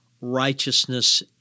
righteousness